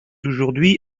aujourd’hui